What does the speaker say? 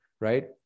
Right